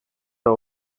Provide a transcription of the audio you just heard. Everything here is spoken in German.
der